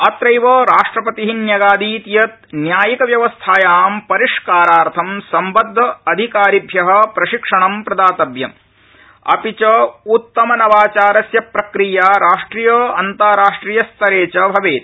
अत्रैव राष्ट्रपति न्यगादीत् यत न्यायिकव्यवस्थायां परिष्कारार्थं सम्बद्ध अधिकारिभ्य प्रशिक्षणं प्रदातव्यम् अपि च उत्तमनवाचारस्य प्रक्रिया राष्ट्रिय अन्ताराष्ट्रियस्तरे च भवेत्